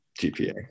GPA